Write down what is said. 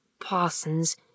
Parsons